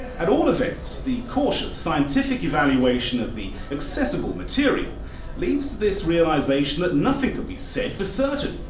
at all events, the cautious scientific evaluation of the accessible material leads to this realisation that nothing can be said for certain.